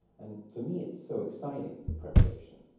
and for me, it's so exciting, the preparation,